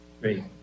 Great